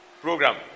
program